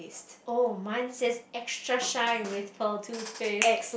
oh mine says extra shine with pearl toothpaste